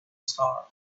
star